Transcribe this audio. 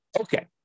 Okay